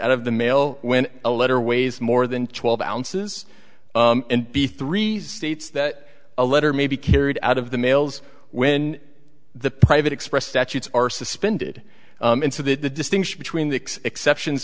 out of the mail when a letter weighs more than twelve ounces and be three states that a letter may be carried out of the mails when the private express statutes are suspended and so that the distinction between the exceptions